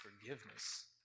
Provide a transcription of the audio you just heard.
forgiveness